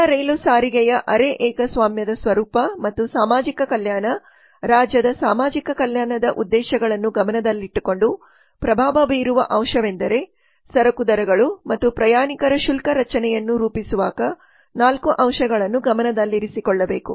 ಎಲ್ಲಾ ರೈಲು ಸಾರಿಗೆಯ ಅರೆ ಏಕಸ್ವಾಮ್ಯದ ಸ್ವರೂಪ ಮತ್ತು ಸಾಮಾಜಿಕ ಕಲ್ಯಾಣ ರಾಜ್ಯದ ಸಾಮಾಜಿಕ ಕಲ್ಯಾಣದ ಉದ್ದೇಶಗಳನ್ನು ಗಮನದಲ್ಲಿಟ್ಟುಕೊಂಡು ಪ್ರಭಾವ ಬೀರುವ ಅಂಶವೆಂದರೆ ಸರಕು ದರಗಳು ಮತ್ತು ಪ್ರಯಾಣಿಕರ ಶುಲ್ಕ ರಚನೆಯನ್ನು ರೂಪಿಸುವಾಗ ನಾಲ್ಕು ಅಂಶಗಳನ್ನು ಗಮನದಲ್ಲಿರಿಸಿಕೊಳ್ಳಬೇಕು